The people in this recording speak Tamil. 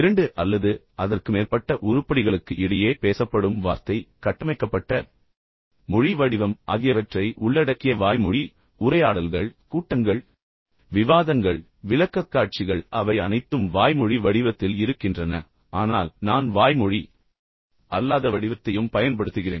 இரண்டு அல்லது அதற்கு மேற்பட்ட உருப்படிகளுக்கு இடையே பேசப்படும் வார்த்தை கட்டமைக்கப்பட்ட மொழி வடிவம் ஆகியவற்றை உள்ளடக்கிய வாய்மொழி உரையாடல்கள் கூட்டங்கள் விவாதங்கள் விளக்கக்காட்சிகள் அவை அனைத்தும் வாய்மொழி வடிவத்தில் இருக்கின்றன நான் இப்போது ஒரு வாய்மொழி தகவல்தொடர்பு வடிவத்தைப் பயன்படுத்துகிறேன் ஆனால் நான் வாய்மொழி அல்லாத வடிவத்தையும் பயன்படுத்துகிறேன்